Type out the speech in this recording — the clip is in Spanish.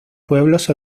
pueblos